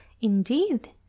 indeed